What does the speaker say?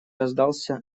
раздался